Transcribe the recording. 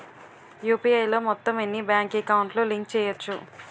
UPI లో మొత్తం ఎన్ని బ్యాంక్ అకౌంట్ లు లింక్ చేయచ్చు?